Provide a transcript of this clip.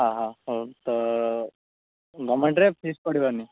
ହଁ ହଁ ହଉ ତ ଗମେଣ୍ଟ୍ରେ ଫିସ୍ ପଡ଼ିବନି